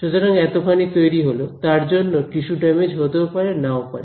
সুতরাং এতোখানি তৈরি হলো তার জন্য টিস্যু ড্যামেজ হতেও পারে নাও পারে